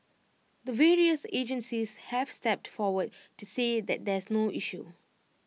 the various agencies have stepped forward to say that there's no issue